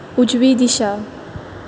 उजवी दिशा